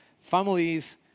families